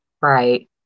right